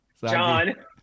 john